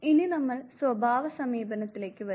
ഇനി നമ്മൾ സ്വഭാവ സമീപനത്തിലേക്ക് വരുന്നു